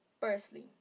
Firstly